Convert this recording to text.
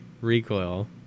recoil